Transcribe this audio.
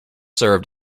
served